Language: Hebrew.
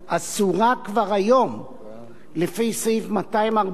לפי סעיף 214 לחוק,